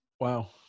Wow